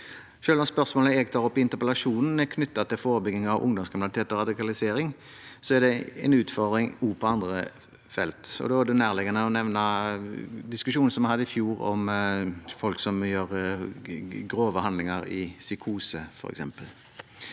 Selv om spørsmålet jeg tar opp i interpellasjonen er knyttet til forebygging av ungdomskriminalitet og radikalisering, er det en utfordring også på andre felt. Det er nærliggende å nevne diskusjonen vi hadde i fjor om folk som f.eks. gjør grove handlinger i psykose.